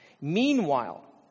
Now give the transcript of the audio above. Meanwhile